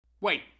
Wait